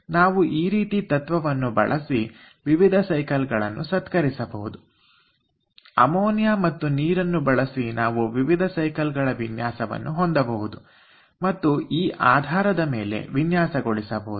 ನಾವು ಈ ರೀತಿ ತತ್ವ ವನ್ನು ಬಳಸಿ ವಿವಿಧ ಸೈಕಲ್ ಗಳನ್ನು ಸತ್ಕರಿಸಬಹುದು ಅಮೋನಿಯಾ ಮತ್ತು ನೀರನ್ನು ಬಳಸಿ ನಾವು ವಿವಿಧ ಸೈಕಲ್ಗಳ ವಿನ್ಯಾಸವನ್ನು ಹೊಂದಬಹುದು ಮತ್ತು ಈ ಆಧಾರದ ಮೇಲೆ ವಿನ್ಯಾಸಗೊಳಿಸಬಹುದು